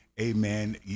amen